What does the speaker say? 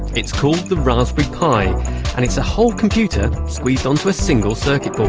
it's called the raspberry pi and it's a whole computer squeezed onto a single circuit board.